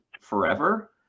forever